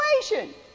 situation